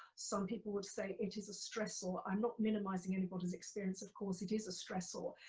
some people would say it is a stressor, i'm not minimizing anybody's experience of course, it is a stressor,